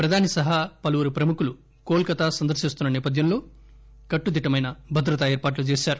ప్రధాని సహా పలువురు ప్రముఖులు కోల్ కతా సందర్శిస్తున్న నేపథ్యంలో కట్టుదిట్టమైన భద్రతా ఏర్పాట్లు చేశారు